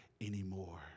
anymore